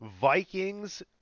Vikings